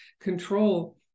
control